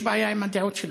יש בעיה עם הדעות,